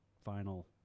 final